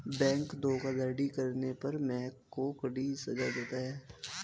bank धोखाधड़ी करने पर महक को कड़ी सजा मिली